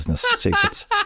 secrets